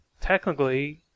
Technically